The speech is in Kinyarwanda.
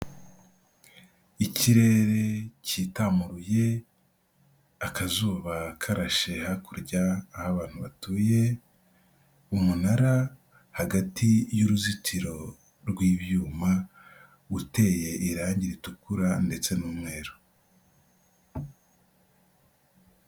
Ikirere kitamuruye, akazuba karashe hakurya aho abantu batuye, umunara hagati y'uruzitiro rw'ibyuma, uteye irangi ritukura ndetse n'umweru.